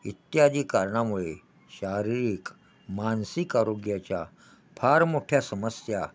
इत्यादी कारणामुळे शारीरिक मानसिक आरोग्याच्या फार मोठ्या समस्या